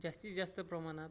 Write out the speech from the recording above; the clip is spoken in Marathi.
जास्तीत जास्त प्रमाणात